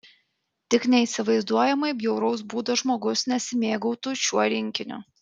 tik neįsivaizduojamai bjauraus būdo žmogus nesimėgautų šiuo rinkiniu